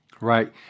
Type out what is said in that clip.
right